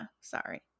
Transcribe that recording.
sorry